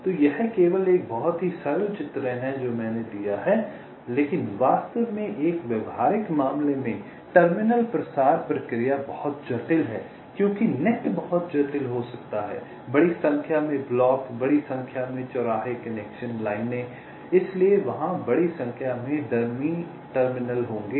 तो यह केवल एक बहुत ही सरल चित्रण है जो मैंने दिया है लेकिन वास्तव में एक व्यावहारिक मामले में टर्मिनल प्रसार प्रक्रिया बहुत जटिल है क्योंकि नेट बहुत जटिल हो सकता है बड़ी संख्या में ब्लॉक बड़ी संख्या में चौराहे कनेक्शन लाइनें इसलिए वहां बड़ी संख्या में डमी टर्मिनल होंगे